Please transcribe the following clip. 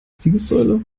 siegessäule